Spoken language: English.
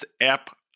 app